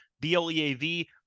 B-L-E-A-V